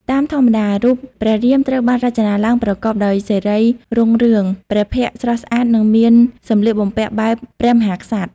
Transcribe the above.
តាមធម្មតា រូបព្រះរាមត្រូវបានរចនាឡើងប្រកបដោយសិរីរុងរឿង ព្រះភ័ក្ត្រស្រស់ស្អាតនិងមានសម្លៀកបំពាក់បែបព្រះមហាក្សត្រ ។